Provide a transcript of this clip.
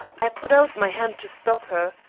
i put out my hand to stop her,